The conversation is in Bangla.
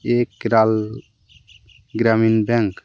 A Kerala Gramin bank